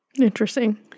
Interesting